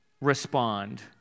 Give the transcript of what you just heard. respond